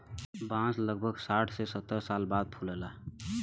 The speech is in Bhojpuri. बांस लगभग साठ से सत्तर साल बाद फुलला